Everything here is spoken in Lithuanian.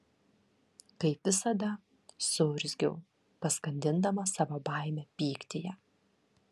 kaip visada suurzgiau paskandindama savo baimę pyktyje